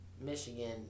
Michigan